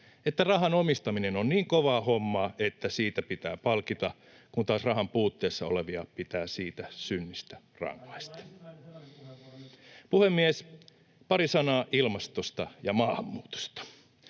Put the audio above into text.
että rahan omistaminen on niin kovaa hommaa, että siitä pitää palkita, kun taas rahan puutteessa olevia pitää siitä synnistä rangaista. [Aleksi Jäntti: Taisi olla